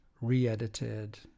re-edited